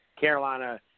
Carolina